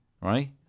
Right